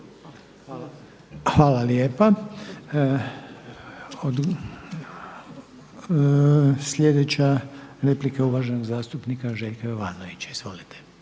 Hvala lijepa. Sljedeća replika je uvaženog zastupnika Željka Jovanovića. Izvolite.